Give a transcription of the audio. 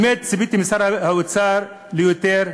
באמת ציפיתי משר האוצר ליותר,